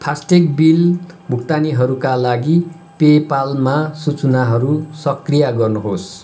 FASTag bill भुक्तानीहरूका लागि पे पालमा सूचनाहरू सक्रिय गर्नुहोस्